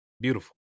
Beautiful